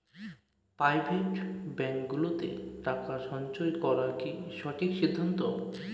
Private ব্যাঙ্কগুলোতে টাকা সঞ্চয় করা কি সঠিক সিদ্ধান্ত?